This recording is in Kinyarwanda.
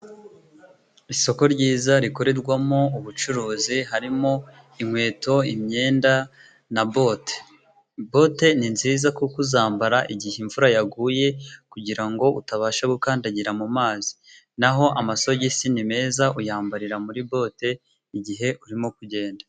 Isoko ryiza rikorerwamo ubucuruzi harimo: inkweto, imyenda na bote. Bote ni nziza kuko uzambara igihe imvura yaguye kugirango utabasha gukandagira mu mazi. Naho amasogisi ni meza uyambarira muri bote igihe urimo kugenda.